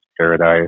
paradise